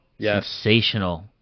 Sensational